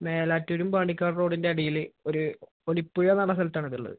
മേലാറ്റൂരും പാണ്ടിക്കാട് റോഡിൻ്റെ അടിയില് ഒരു ഒലിപ്പുഴ എന്നു പറഞ്ഞ സ്ഥലത്താണ് ഇതുള്ളത്